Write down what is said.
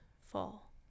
fall